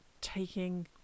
taking